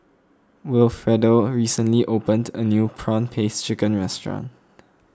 Wilfredo recently opened a new Prawn Paste Chicken restaurant